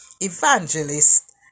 Evangelist